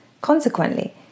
consequently